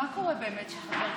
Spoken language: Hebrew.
מה קורה באמת כשחבר כנסת,